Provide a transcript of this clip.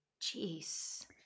Jeez